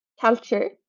culture